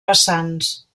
vessants